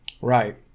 Right